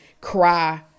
cry